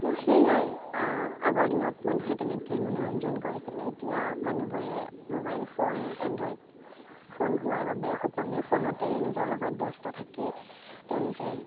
তো সেয়াই আগৰ দিনত মানুহে তেনেকৈ মনোৰঞ্জন কৰিছিলে এতিয়া মানুহবোৰে মোবাইল ফোন এণ্ড্ৰইড ফোন হোৱাৰ বাবে সকলোৱে ফোনতেই নিজৰ লগত ব্যস্ত থাকি তেওঁলোকে